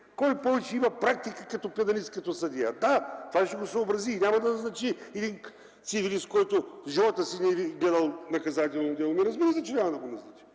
има повече практика като пеналист, като съдия? Да, това ще го съобрази и няма да назначи един цивилист, който в живота си не е гледал наказателни дела, разбира се, че няма да го назначи!